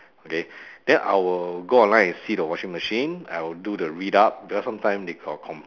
okay then I will go online and see the washing machine I will do the read up because some time they got com~